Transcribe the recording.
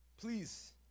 please